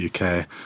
UK